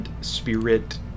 spirit